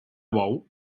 bou